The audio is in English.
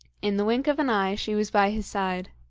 in the wink of an eye she was by his side.